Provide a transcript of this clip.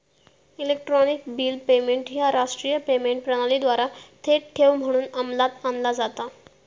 electronic bill payment ह्या राष्ट्रीय payment प्रणालीद्वारा थेट ठेव म्हणून अंमलात आणला जाता